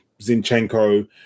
Zinchenko